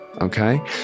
Okay